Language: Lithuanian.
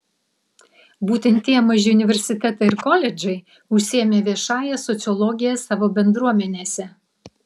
būtent tie maži universitetai ir koledžai užsiėmė viešąja sociologija savo bendruomenėse